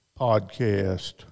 podcast